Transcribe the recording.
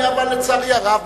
אבל לצערי הרב,